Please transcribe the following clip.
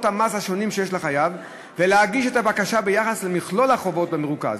המס השונים שיש לחייב ולהגיש את הבקשה ביחס למכלול החובות במרוכז.